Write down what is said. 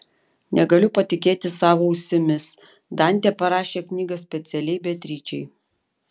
negaliu patikėti savo ausimis dantė parašė knygą specialiai beatričei